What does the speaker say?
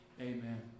Amen